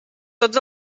tots